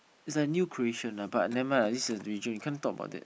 is like new creation lah but never mind lah this is religion you can't talk about that